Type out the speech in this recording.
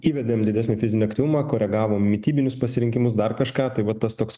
įvedėm didesnį fizinį aktyvumą koregavom mitybinius pasirinkimus dar kažką tai va tas toks